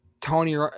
Tony –